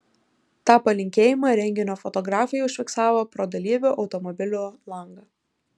tą palinkėjimą renginio fotografai užfiksavo pro dalyvių automobilio langą